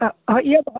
ᱚᱱᱟ ᱦᱳᱭ ᱤᱭᱟᱹ ᱫᱚ